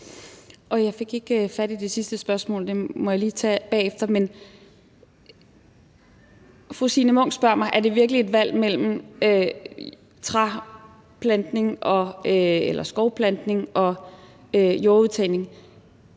bagefter. Men fru Signe Munk spørger mig: Er det virkelig et valg mellem skovplantning og jordudtagning?